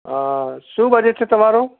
અ શું બજેટ છે તમારું